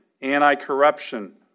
anti-corruption